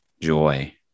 Joy